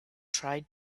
tried